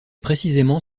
précisément